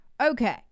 Okay